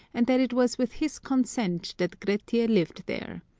and that it was with his consent that grettir lived there.